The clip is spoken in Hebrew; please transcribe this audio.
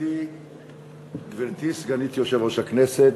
גברתי סגנית יושב-ראש הכנסת,